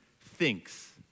thinks